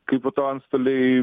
kai po to antstoliai